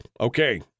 Okay